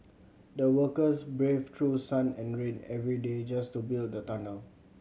the workers braved through sun and rain every day just to build the tunnel